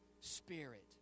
spirit